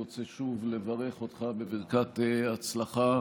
חברת הכנסת וולדיגר,